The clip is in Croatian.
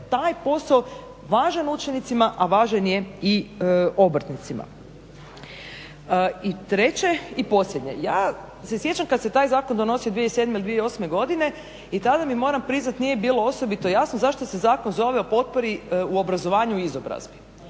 taj posao važan učenicima, a važan je i obrtnicima. I treće i posljednje, ja se sjećam kada se taj zakon donosio 2007.ili 2008.godine i tada mi moram priznati nije bilo osobito jasno zašto se zakon zove o potpori u obrazovanju i izobrazbi.